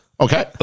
Okay